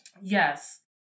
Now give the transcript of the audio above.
Yes